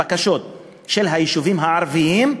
הבקשות של היישובים הערביים,